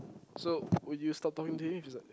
so would you stop talking to him if he's like